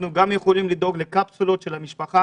גם יכולים לדאוג לקפסולות של משפחה,